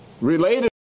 related